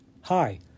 hi